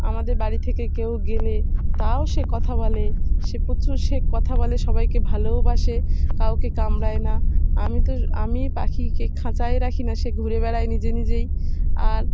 আমাদের বাড়ি থেকে কেউ গেলে তাও সে কথা বলে সে প্রচুর সে কথা বলে সবাইকে ভালোওবাসে কাউকে কামড়ায় না আমি তো আমি পাখিকে খাঁচায় রাখি না সে ঘুরে বেড়ায় নিজে নিজেই আর